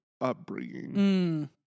upbringing